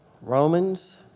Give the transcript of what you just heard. Romans